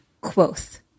Quoth